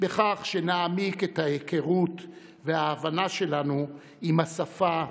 בכך שנעמיק את ההיכרות ואת ההבנה שלנו עם השפה,